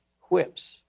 whips